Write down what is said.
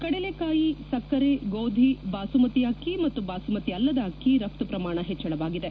ಕಡಲೇಕಾಯಿ ಸಕ್ಕರೆ ಗೋಧಿ ಬಾಸುಮತಿ ಅಕ್ಕಿ ಮತ್ತು ಬಾಸುಮತಿ ಅಲ್ಲದ ಅಕ್ಕಿ ರಫ್ತು ಪ್ರಮಾಣ ಹೆಚ್ಚಳವಾಗಿದೆ